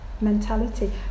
mentality